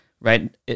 right